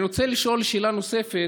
אני רוצה לשאול שאלה נוספת.